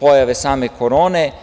pojave same korone.